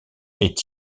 est